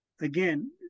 again